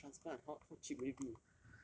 dude it's a transplant how how cheap would it be